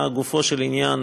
לגופו של עניין,